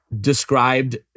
described